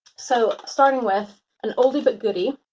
so starting with an oldie but goodie,